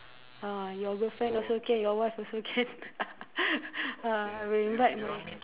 ah your girlfriend also can your wife also can ah I will invite my